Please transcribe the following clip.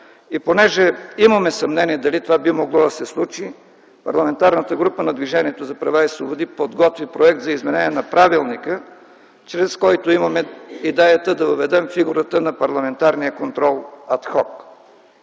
И понеже имаме съмнение дали това би могло да се случи, Парламентарната група на Движението за права и свободи подготви Проект за изменение на правилника, чрез който имаме идеята да въведем фигурата на парламентарния контрол ад ход.